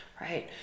right